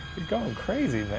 going crazy, man.